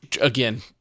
again